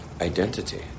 identity